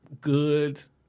goods